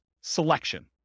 selection